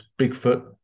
Bigfoot